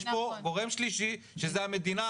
יש פה גורם שלישי שזה המדינה.